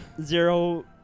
Zero